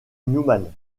newman